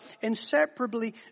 inseparably